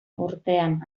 urtean